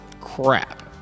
crap